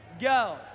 go